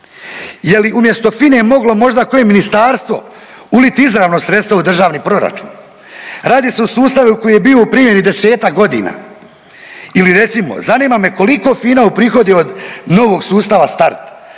je li umjesto FINE moglo možda koje ministarstvo uliti izravno sredstva u Državni proračun? Radi se o sustavu koji je bio u primjeni 10-ak godina. Ili recimo zanima me koliko FINA uprihodi od novog sustava Start